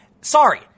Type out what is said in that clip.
sorry